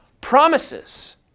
promises